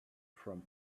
from